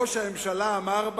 ראש הממשלה אמר: